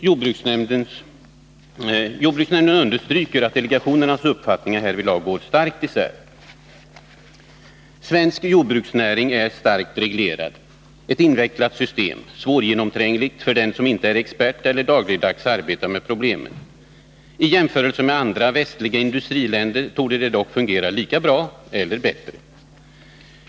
Jordbruksnämnden understryker att delegationernas uppfattning härvidlag går starkt isär. Svensk jordbruksnäring är starkt reglerad. Det är ett invecklat system, svårgenomträngligt för den som inte är expert eller dagligdags arbetar med problemen. I jämförelse med andra västliga industriländer torde det dock fungera lika bra eller bättre.